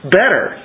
better